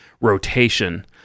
rotation